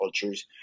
cultures